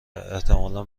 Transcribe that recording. احتمالا